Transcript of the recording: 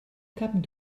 cap